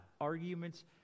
Arguments